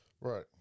Right